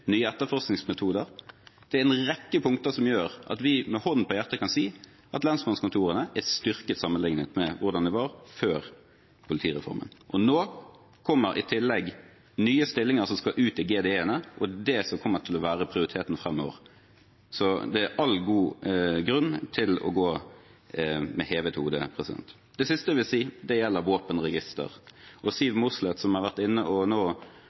nye etterforskningsmetoder. Det er en rekke punkter som gjør at vi med hånden på hjertet kan si at lensmannskontorene er styrket sammenlignet med hvordan det var før politireformen. Og nå kommer i tillegg nye stillinger som skal ut i GDE-ene, og det kommer til å være prioriteten framover. Så det er all grunn til å gå med hevet hode. Det siste jeg vil si, gjelder våpenregister, der Siv Mossleth nå har vært inne og